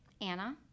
Anna